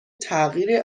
تغییر